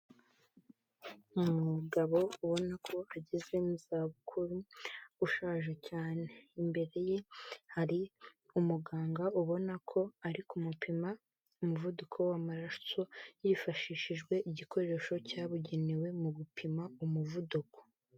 Umugabo ubona ko ageze mu za bukuru ushaje cyane, imbere ye hari umuganga ubona ko ari kumupima umuvuduko w'amaraso yifashishijwe igikoresho cyabugenewe mu gupima umuvuduko.